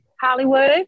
Hollywood